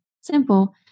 simple